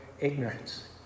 ignorance